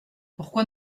pourquoi